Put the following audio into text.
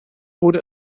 wurde